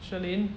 shirlene